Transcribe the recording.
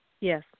Yes